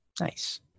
Nice